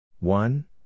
One